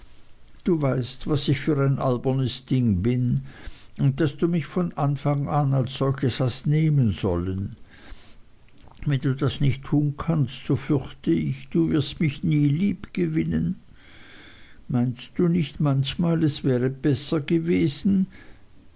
du weißt was ich für ein albernes ding bin und daß du mich von anfang an als solches hast nehmen sollen wenn du das nicht tun kannst so fürchte ich du wirst mich nie lieb gewinnen meinst du nicht manchmal es wäre besser gewesen